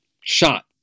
shot